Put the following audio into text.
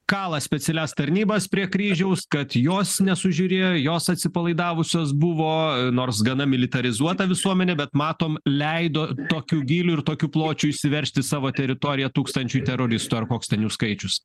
kala specialias tarnybas prie kryžiaus kad jos nesužiūrėjo jos atsipalaidavusios buvo nors gana militarizuota visuomenė bet matom leido tokiu gyliu ir tokiu pločiu įsiveržt į savo teritoriją tūkstančiui teroristų ar koks ten jų skaičius